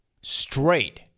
straight